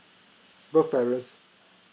both parents